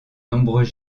nombreux